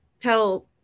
tell